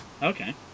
Okay